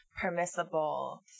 permissible